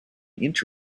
inch